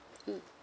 mm